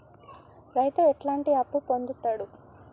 రైతు ఎట్లాంటి అప్పు పొందుతడు?